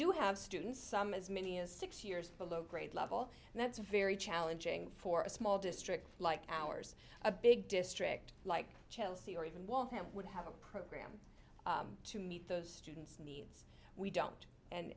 do have students some as many as six years below grade level and that's a very challenging for a small district like ours a big district like chelsea or even want him would have a program to meet those students we don't and